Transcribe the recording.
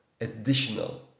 additional